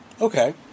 Okay